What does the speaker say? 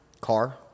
Car